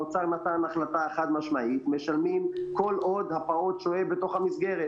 האוצר נתן החלטה חד משמעית משלמים כל עוד הפעוט שוהה בתוך מסגרת.